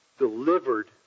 delivered